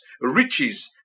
riches